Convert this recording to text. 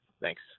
Thanks